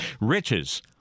Riches